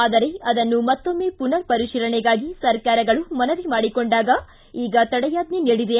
ಆದರೆ ಅದನ್ನು ಮತ್ತೊಮ್ನ ಪುನರ್ ಪರಿಶೀಲನೆಗಾಗಿ ಸರ್ಕಾರಗಳು ಮನವಿ ಮಾಡಿಕೊಂಡಾಗ ಈಗ ತಡೆಯಾಜ್ಜೆ ನೀಡಿದೆ